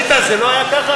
איתן, זה לא היה ככה?